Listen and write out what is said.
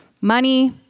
Money